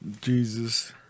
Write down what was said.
Jesus